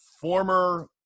former